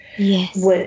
Yes